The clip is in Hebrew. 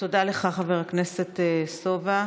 תודה לך, חבר הכנסת סובה.